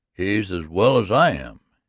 he's as well as i am,